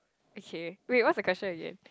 okay wait what's the question again